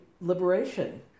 liberation